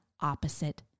opposite